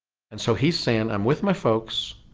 and so he's saying i'm with my folks,